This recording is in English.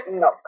no